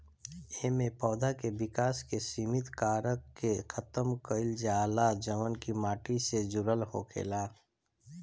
एमे पौधा के विकास के सिमित कारक के खतम कईल जाला जवन की माटी से जुड़ल होखेला